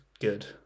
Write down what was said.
good